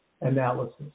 analysis